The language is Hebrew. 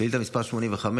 שאילתה 85: